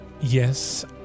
Yes